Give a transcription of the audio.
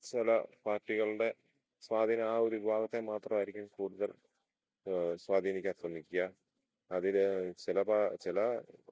ചില പാർട്ടികളുടെ സ്വാധീനം ആ ഒരു വിഭാഗത്തെ മാത്രമായിരിക്കും കൂടുതൽ സ്വാധീനിക്കാൻ ശ്രമിക്കുക അതിൽ ചില ചില